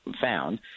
found